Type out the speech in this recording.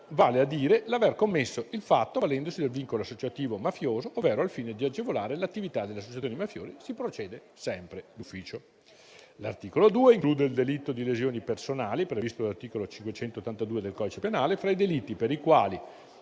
vale a dire l'aver commesso il fatto avvalendosi del vincolo associativo mafioso, ovvero al fine di agevolare l'attività delle associazioni mafiose, si procede sempre d'ufficio. L'articolo 2 include il delitto di lesioni personali, previsto dall'articolo 582 del codice penale, fra i delitti per i quali